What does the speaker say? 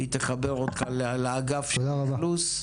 והיא תחבר אותך לאגף של אכלוס.